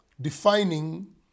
defining